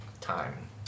time